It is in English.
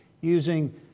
using